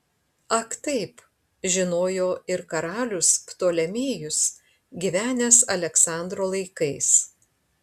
ak taip žinojo ir karalius ptolemėjus gyvenęs aleksandro laikais